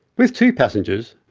with two passengers,